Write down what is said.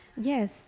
Yes